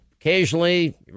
occasionally